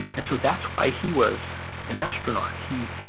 and so that's why he was an astronaut. he,